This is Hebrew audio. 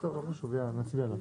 טוב לא חשוב, יאללה נצביע עליו.